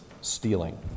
stealing